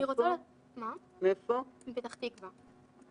מפתח תקווה.